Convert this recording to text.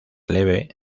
leve